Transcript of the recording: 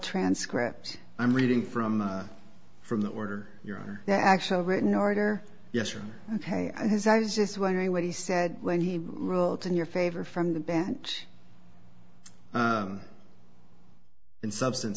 transcript i'm reading from from the order your actual written order yes or ok i was just wondering what he said when he wrote in your favor from the bench in substance